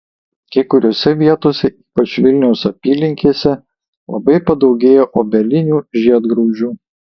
kai kuriose vietose ypač vilniaus apylinkėse labai padaugėjo obelinių žiedgraužių